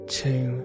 two